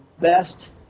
best